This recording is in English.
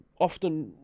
often